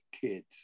kids